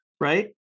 right